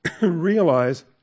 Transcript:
realize